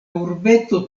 urbeto